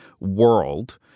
world